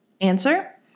Answer